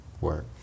Work